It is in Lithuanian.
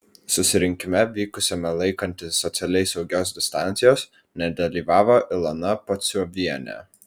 susirinkime vykusiame laikantis socialiai saugios distancijos nedalyvavo ilona pociuvienė